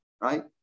Right